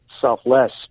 selfless